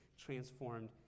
transformed